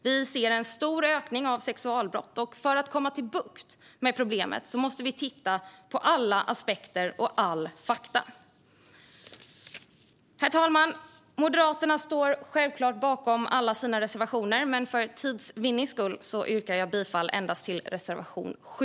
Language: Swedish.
Vi ser en stor ökning av sexualbrott. För att få bukt med problemet måste vi titta på alla aspekter och alla fakta. Herr talman! Moderaterna står självklart bakom alla sina reservationer, men för tids vinnande yrkar jag bifall endast till reservation 7.